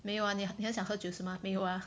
没有啊你你很想喝酒是吗没有啊